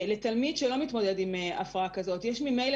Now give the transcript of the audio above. לתלמיד שלא מתמודד עם הפרעה כזאת יש ממילא